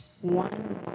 One